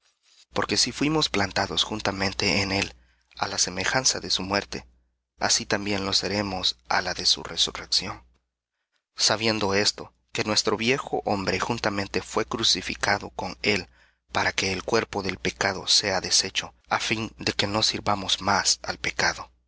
porque si fuimos plantados juntamente en á la semejanza de su muerte así también de su resurrección sabiendo esto que nuestro viejo hombre juntamente fué crucificado con para que el cuerpo del pecado sea deshecho á fin de que no sirvamos más al pecado